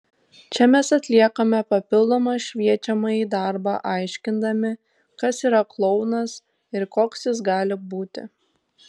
čia mes atliekame papildomą šviečiamąjį darbą aiškindami kas yra klounas ir koks jis gali būti